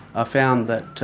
ah found that